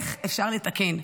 איך אפשר לתקן?